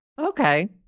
Okay